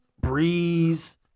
Breeze